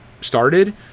started